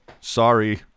sorry